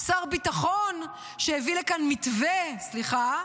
שר ביטחון שהביא לכאן מתווה, סליחה,